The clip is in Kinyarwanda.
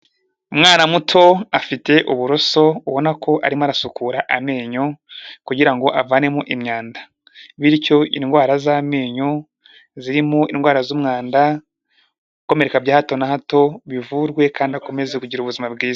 Umwana muto afite uburoso, ubona ko arimo arasukura amenyo kugira ngo avanemo imyanda bityo indwara z'amenyo, zirimo indwara z'umwanda gukomereka bya hato na hato bivurwe kandi akomeze kugira ubuzima bwiza.